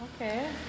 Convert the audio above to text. Okay